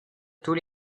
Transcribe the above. tous